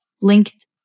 linked